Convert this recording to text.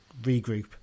regroup